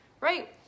right